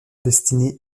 destiné